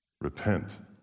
Repent